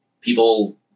people